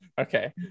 okay